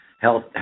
health